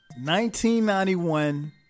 1991